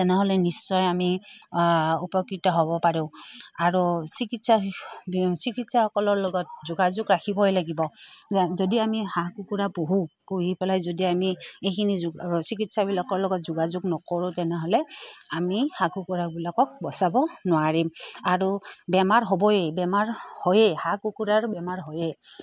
তেনেহ'লে নিশ্চয় আমি উপকৃত হ'ব পাৰোঁ আৰু চিকিৎসা চিকিৎসকসকলৰ লগত যোগাযোগ ৰাখিবই লাগিব যদি আমি হাঁহ কুকুৰা পুহোঁ পুহি পেলাই যদি আমি এইখিনি চিকিৎসকবিলাকৰ লগত যোগাযোগ নকৰোঁ তেনেহ'লে আমি হাঁহ কুকুৰাবিলাকক বচাব নোৱাৰিম আৰু বেমাৰ হ'বই বেমাৰ হয়য়ে হাঁহ কুকুৰাৰ বেমাৰ হয়য়েই